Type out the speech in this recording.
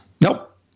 Nope